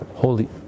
Holy